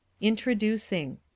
Introducing